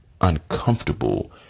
uncomfortable